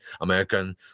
American